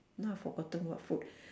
now I forgotten what food